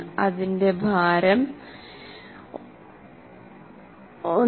അതിന്റെ ഭാരം 1